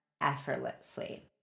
effortlessly